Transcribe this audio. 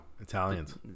Italians